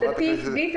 עמדתי עקבית,